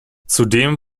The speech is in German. zudem